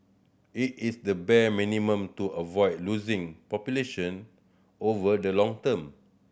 it is the bare minimum to avoid losing population over the long term